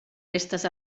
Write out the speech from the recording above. restes